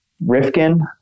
Rifkin